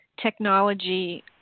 technology